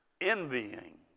envying